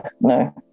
no